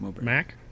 Mac